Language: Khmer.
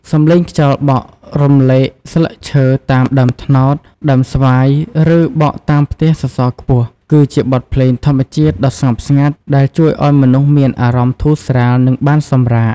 សំឡេងខ្យល់បក់រំលែកស្លឹកឈើតាមដើមត្នោត ដើមស្វាយ ឬបក់តាមផ្ទះសសរខ្ពស់ គឺជាបទភ្លេងធម្មជាតិដ៏ស្ងប់ស្ងាត់ ដែលជួយឱ្យមនុស្សមានអារម្មណ៍ធូរស្រាល និងបានសម្រាក។